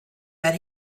that